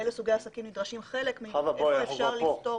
באיזה סוגי מסמכים נדרשים חלק וחלק אפשר לפטור.